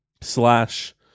slash